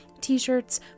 t-shirts